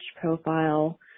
profile